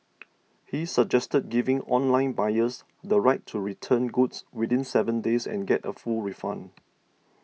he suggested giving online buyers the right to return goods within seven days and get a full refund